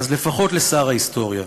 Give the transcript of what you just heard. לפחות לשר ההיסטוריה,